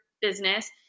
business